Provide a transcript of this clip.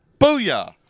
Booyah